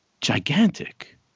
gigantic